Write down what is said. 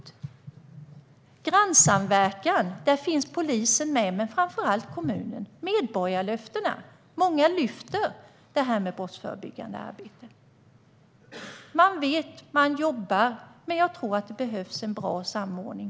I grannsamverkan finns polisen med och framför allt kommunen. I medborgarlöftena lyfts det brottsförebyggande arbetet fram. Kommunerna jobbar med dessa frågor, men det behövs en bra samordning.